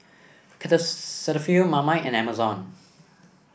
Cetaphil Marmite and Amazon